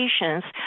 patients